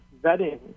vetting